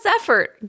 effort